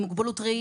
עם מוגבלות ראייה,